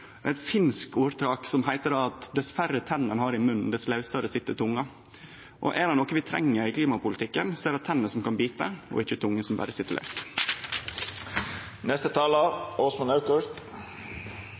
eit finsk ordtak som heiter at dess færre tenner ein har i munnen, dess lausare sit tunga. Er det noko vi treng i klimapolitikken, er det tenner som kan bite, og ikkje ei tunge som berre